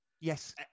Yes